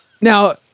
Now